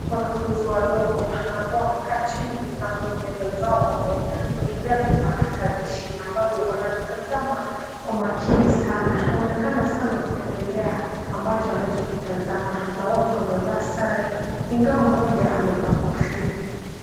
Wanafunzi wadogo na ambao wamekaa chini na kwenye meza zao wamewekelea vipakatalishi na ambavyo wanavitazama kwa makini sana. Wanaonekana sana kupendelea ambacho wanacho kitazama na wote wamevaa sare, ingawa mmoja amevaa kofia.